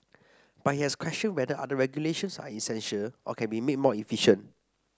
but he has questioned whether other regulations are essential or can be made more efficient